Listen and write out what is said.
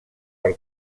per